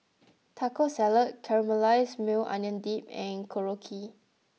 Taco Salad Caramelized Maui Onion Dip and Korokke